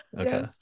Okay